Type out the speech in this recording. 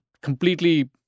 completely